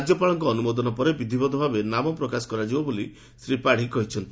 ରାଜ୍ୟପାଳଙ୍କ ଅନୁମୋଦନ ପରେ ବିଧିବଦ୍ଧ ଭାବେ ନାମ ପ୍ରକାଶ କରାଯିବ ବୋଲି ଶ୍ରୀ ପାତ୍ନୀ କହିଛନ୍ତି